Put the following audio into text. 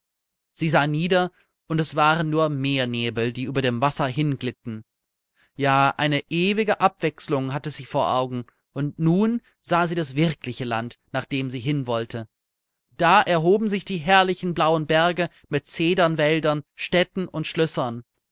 sie sah nieder und es waren nur meernebel die über dem wasser hinglitten ja eine ewige abwechselung hatte sie vor augen und nun sah sie das wirkliche land nach dem sie hin wollte da erhoben sich die herrlichen blauen berge mit cedernwäldern städten und schlössern